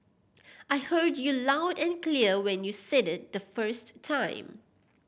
I heard you loud and clear when you said it the first time